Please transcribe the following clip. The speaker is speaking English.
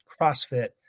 CrossFit